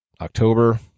October